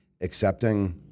accepting